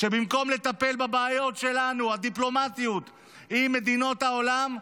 שבמקום לטפל בבעיות הדיפלומטיות שלנו עם מדינות העולם,